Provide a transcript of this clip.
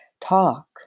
talk